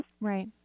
Right